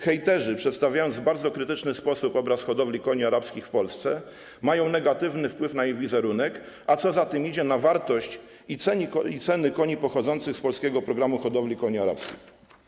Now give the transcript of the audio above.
Hejterzy, przedstawiając w bardzo krytyczny sposób obraz hodowli koni arabskich w Polsce, mają negatywny wpływ na ich wizerunek, a co za tym idzie - na wartość i ceny koni pochodzących z polskiego programu hodowli koni arabskich.